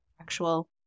actual